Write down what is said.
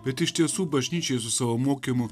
bet iš tiesų bažnyčiai su savo mokymu